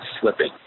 slipping